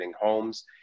homes